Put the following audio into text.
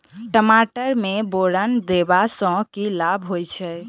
टमाटर मे बोरन देबा सँ की लाभ होइ छैय?